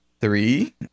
three